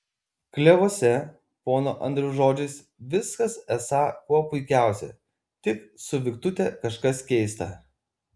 klevuose pono andriaus žodžiais viskas esą kuo puikiausia tik su viktute kažkas keista